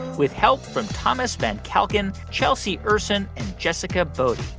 with help from thomas van kalken, chelsea ursin and jessica boddy.